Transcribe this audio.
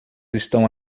estão